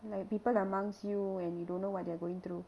like people amongst you and you don't know what they are going through